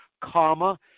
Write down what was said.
comma